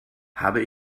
habe